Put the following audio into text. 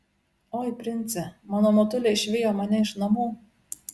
oi prince mano motulė išvijo mane iš namų